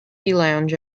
lounge